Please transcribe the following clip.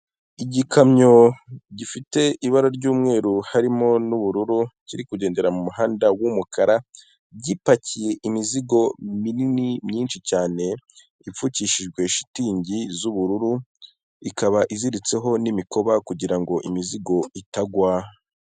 Igikamyo gifite ibara ry'umweru harimo n'ubururu, kiri kugendera mu muhanda w'umukara gipakiye imizigo minini myinshi cyane, ipfukishijwe shitingi z'ubururu ikaba iziritseho n'imikoba kugira ngo imizigo itagwa.